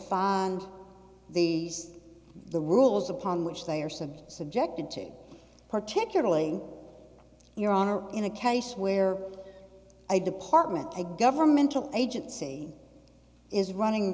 find the the rules upon which they are some subjected to particularly your honor in a case where a department a governmental agency is running